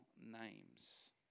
names